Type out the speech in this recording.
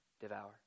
devour